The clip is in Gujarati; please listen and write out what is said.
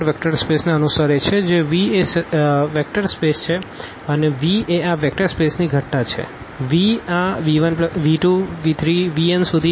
તેથીvએ R ઉપર વેક્ટર સ્પેસને અનુસરે છે જે V એ વેક્ટર સ્પેસ છે અને v એ આ વેક્ટર સ્પેસની ઘટના છે V આ v1v2vn